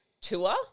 tour